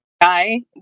guy